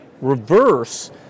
reverse